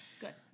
Good